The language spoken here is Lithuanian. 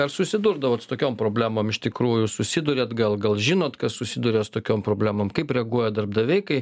ar susidurdavot su tokiom problemom iš tikrųjų susiduriat gal gal žinot kas susiduria su tokiom problemom kaip reaguoja darbdaviai kai